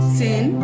sin